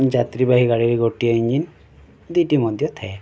ଯାତ୍ରୀବାହୀ ଗାଡ଼ିରେ ଗୋଟିଏ ଇଞ୍ଜିନ୍ ଦୁଇଟି ମଧ୍ୟ ଥାଏ